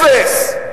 אפס.